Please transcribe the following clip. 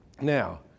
Now